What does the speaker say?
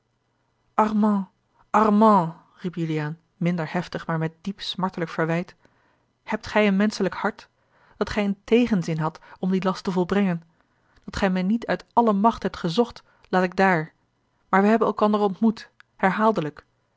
armand armand riep juliaan minder heftig maar met diep smartelijk verwijt hebt gij een menschelijk hart dat gij een tegenzin hadt om dien last te volbrengen dat gij mij niet uit alle macht hebt gezocht laat ik daar maar wij hebben elkander ontmoet herhaaldelijk